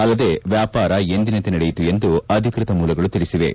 ಅಲ್ಲದೇ ವ್ಯಾಪಾರ ಎಂದಿನಂತೆ ನಡೆಯಿತು ಎಂದು ಅಧಿಕೃತ ಮೂಲಗಳು ತಿಳಿಸಿವೆ